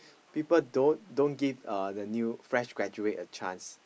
people don't don't give uh the new fresh graduate a chance